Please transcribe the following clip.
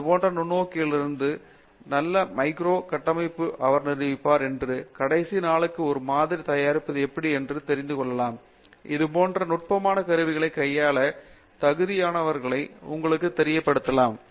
இது போன்ற நுண்ணோக்கிகளில் இருந்து நல்ல மைக்ரோ கட்டமைப்பை அவர் நிரூபிப்பார் என்று கடைசி நாளுக்கு ஒரு மாதிரி தயாரிப்பது எப்படி என்று தெரிந்து கொள்ளலாம் இதுபோன்ற நுட்பமான கருவிகளைக் கையாள தகுதியுள்ளவர்களை உங்களுக்குத் தெரிந்திருக்கலாம்